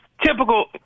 typical